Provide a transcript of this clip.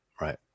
right